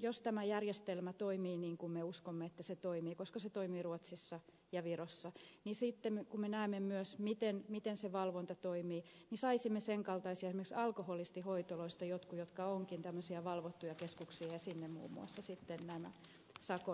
jos tämä järjestelmä toimii niin kuin me uskomme että se toimii koska se toimii ruotsissa ja virossa niin sitten kun me näemme myös miten se valvonta toimii saisimme sen kaltaisia keskuksia kuin esimerkiksi alkoholistihoitoloista jotkut jotka ovatkin tämmöisiä valvottuja keskuksia ja sinne muun muassa sitten nämä sakon muunnot